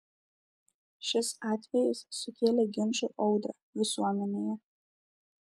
šis atvejis sukėlė ginčų audrą visuomenėje